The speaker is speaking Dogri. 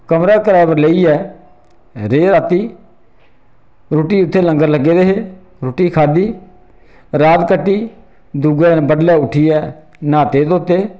कमरा कराए उप्पर लेइयै रेह् रातीं रुट्टी उत्थें लंगर लग्गे दे हे रुट्टी खाद्धी रात कट्टी दूऐ दिन बडलै न्हाते धोते